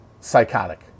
Psychotic